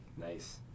Nice